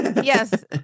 Yes